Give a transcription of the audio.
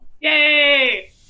Yay